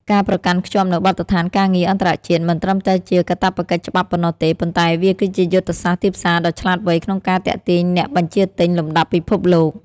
ការប្រកាន់ខ្ជាប់នូវបទដ្ឋានការងារអន្តរជាតិ មិនត្រឹមតែជាកាតព្វកិច្ចច្បាប់ប៉ុណ្ណោះទេ ប៉ុន្តែវាគឺជាយុទ្ធសាស្ត្រទីផ្សារដ៏ឆ្លាតវៃក្នុងការទាក់ទាញអ្នកបញ្ជាទិញលំដាប់ពិភពលោក។